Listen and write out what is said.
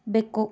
ಬೆಕ್ಕು